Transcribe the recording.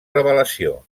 revelació